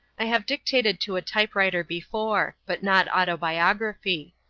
i have dictated to a typewriter before but not autobiography.